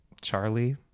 Charlie